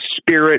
Spirit